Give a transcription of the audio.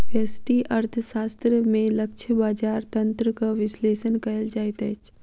व्यष्टि अर्थशास्त्र में लक्ष्य बजार तंत्रक विश्लेषण कयल जाइत अछि